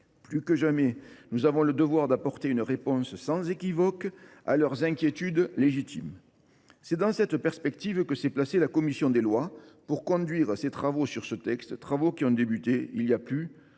Plus que jamais, nous avons le devoir d’apporter une réponse sans équivoque à leurs inquiétudes légitimes. C’est dans cette perspective que s’est placée la commission des lois pour conduire ses travaux sur ce texte, travaux qui ont débuté il y a plus de